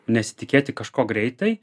nesitikėti kažko greitai